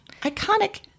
Iconic